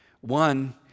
One